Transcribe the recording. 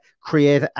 create